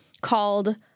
called